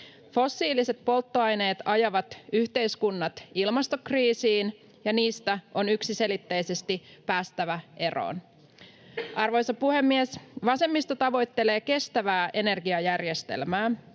Fossiiliset polttoaineet ajavat yhteiskunnat ilmastokriisiin, ja niistä on yksiselitteisesti päästävä eroon. Arvoisa puhemies! Vasemmisto tavoittelee kestävää energiajärjestelmää.